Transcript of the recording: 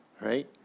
Right